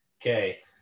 Okay